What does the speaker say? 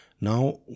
Now